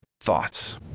thoughts